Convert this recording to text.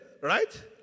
Right